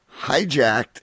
hijacked